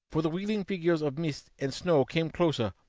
for the wheeling figures of mist and snow came closer,